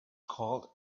called